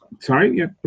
sorry